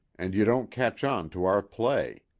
and you don't catch on to our play.